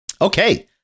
Okay